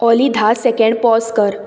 ओली धा second pose कर